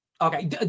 Okay